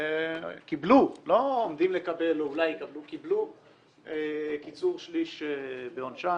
קיבלו - לא עומדים לקבל או אולי יקבלו - קיבלו קיצור שליש בעונשם.